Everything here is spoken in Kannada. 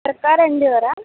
ತರಕಾರಿ ಅಂಗಡಿಯವ್ರಾ